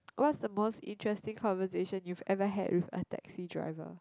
what's the most interesting conversation you've ever had with a taxi driver